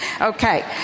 Okay